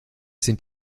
sind